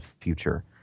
future